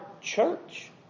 church